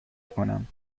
کنم